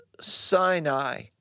Sinai